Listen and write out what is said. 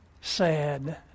sad